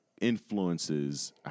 influences